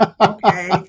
Okay